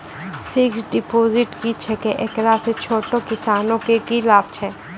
Fixed deposit की छिकै, एकरा से छोटो किसानों के की लाभ छै?